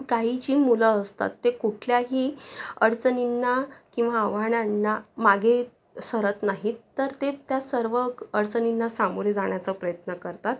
काही जी मुलं असतात ते कुठल्याही अडचणींना किंवा आव्हानांना मागे सरत नाहीत तर ते त्या सर्व अडचणींना सामोरे जाण्याचा प्रयत्न करतात